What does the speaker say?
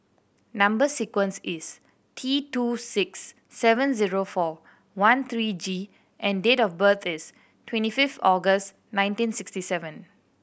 number sequence is T two six seven zero four one three G and date of birth is twenty fifth August nineteen sixty seven